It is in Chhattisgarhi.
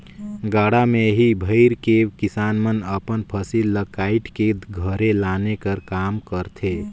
गाड़ा मे ही भइर के किसान मन अपन फसिल ल काएट के घरे लाने कर काम करथे